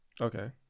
Okay